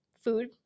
food